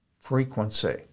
frequency